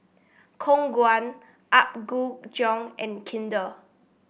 Khong Guan Apgujeong and Kinder